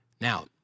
Now